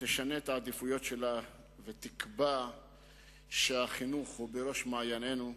תשנה את העדיפויות שלה ותקבע שהחינוך הוא בראש מעיינינו.